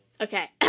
Okay